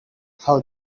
how